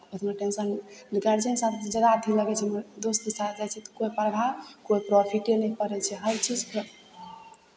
उतना टेंसन गार्जियनके साथ ज्यादा अथी लागै छै मगर दोस्तके साथ जाइ छियै तऽ कोइ प्रभाव कोइ प्रोफिटे नहि पड़ै छै हरचीज प्रो